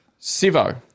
Sivo